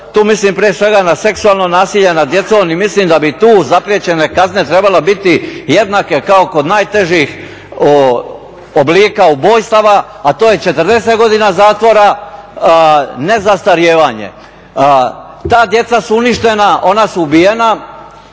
Tu mislim prije svega na seksualno nasilje nad djecom i mislim da bi tu zapriječene kazne trebale biti jednake kao kod najtežih oblika ubojstava a to je 40 godina zatvora, nezastarijevanje. Ta djeca su uništena, ona su ubijena,